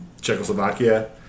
Czechoslovakia